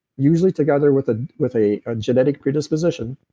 usually together with ah with a ah genetic predisposition.